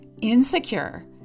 insecure